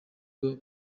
muri